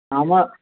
আমার